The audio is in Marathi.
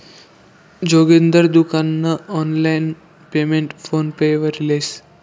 जोगिंदर दुकान नं आनलाईन पेमेंट फोन पे वरी लेस